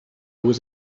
was